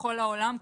בכל העולם,